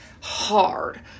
hard